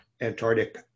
Antarctic